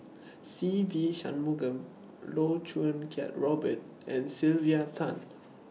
Se Ve Shanmugam Loh Choo Kiat Robert and Sylvia Tan